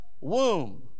womb